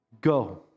Go